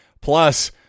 Plus